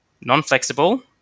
non-flexible